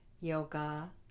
yoga